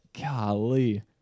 golly